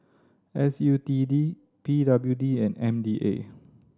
S U T D P W D and M D A